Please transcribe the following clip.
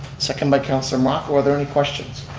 second by councilor mock. are there any questions?